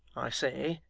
i say,